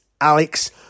Alex